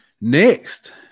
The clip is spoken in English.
next